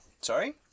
Sorry